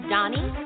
Donnie